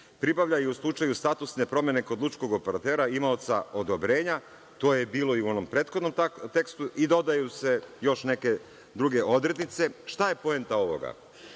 pribavljaju u slučaju statusne promene kod lučkog operatera imaoca odobrenja, to je bilo i u onom prethodnom tekstu, i dodaju se još neke druge odrednice. Šta je poenta ovoga?